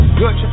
good